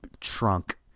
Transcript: trunk